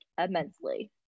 immensely